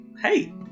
Hey